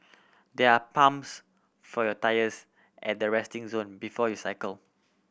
there are pumps for your tyres at the resting zone before you cycle